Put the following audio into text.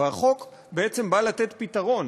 והחוק בעצם נועד לתת פתרון